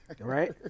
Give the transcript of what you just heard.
Right